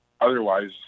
Otherwise